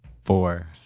Four